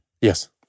Yes